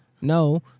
No